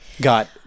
got